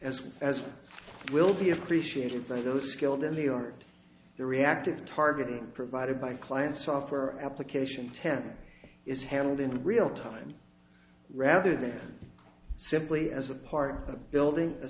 well as will be appreciated by those skilled in the art the reactive targeting provided by client software application temp is handled in real time rather than simply as a part of building a